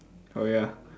oh ya